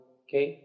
okay